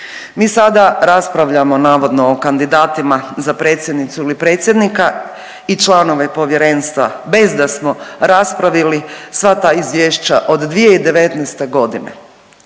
Mi sada raspravljamo navodno o kandidatima za predsjednicu ili predsjednika i članove povjerenstva bez da smo raspravili sva ta izvješća od 2019.g..